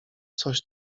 coś